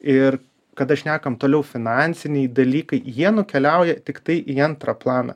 ir kada šnekam toliau finansiniai dalykai jie nukeliauja tiktai į antrą planą